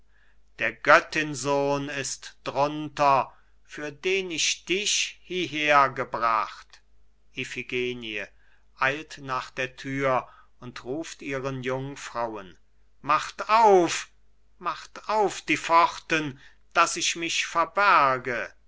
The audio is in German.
der göttinsohn ist drunter für den ich dich hieher gebracht iphigenie eilt nach der thür und ruft ihren jungfrauen macht auf macht auf die pforten daß ich mich verberge